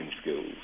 skills